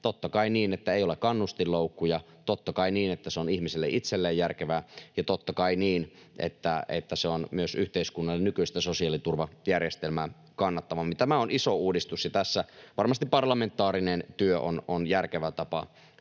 Totta kai niin, että ei ole kannustinloukkuja, totta kai niin, että se on ihmiselle itselleen järkevää, ja totta kai niin, että se on myös yhteiskunnalle nykyistä sosiaaliturvajärjestelmää kannattavampi. Tämä on iso uudistus, ja tässä varmasti parlamentaarinen työ on järkevä tapa